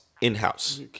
In-house